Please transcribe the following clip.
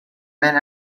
man